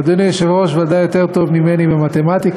אדוני היושב-ראש ודאי יותר טוב ממני במתמטיקה,